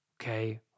Okay